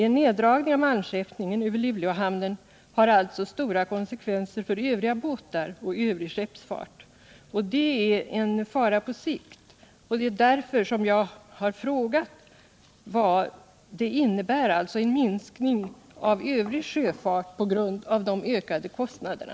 En neddragning av malmskeppningen över Luleåhamnen har alltså stora konsekvenser för övriga båtar och övrig skeppsfart. Det är en fara på sikt, och det är därför som jag har frågat vad detta kan innebära i minskning av övrig sjöfart på grund av de ökade kostnaderna.